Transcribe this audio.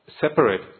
separate